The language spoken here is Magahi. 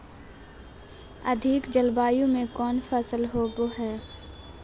अधिक जलवायु में कौन फसल होबो है?